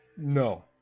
No